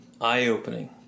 eye-opening